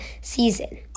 season